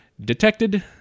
detected